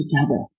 together